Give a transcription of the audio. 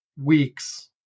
weeks